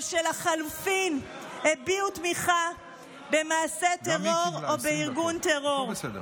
או לחלופין הביעו תמיכה במעשי טרור או בארגון טרור.